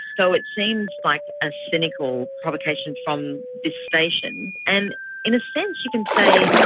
so it seems like a cynical provocation from this station and in a sense you can say,